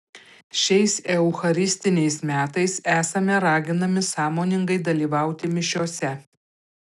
šiais eucharistiniais metais esame raginami sąmoningai dalyvauti mišiose